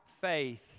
faith